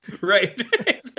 Right